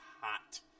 hot